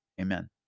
Amen